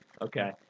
Okay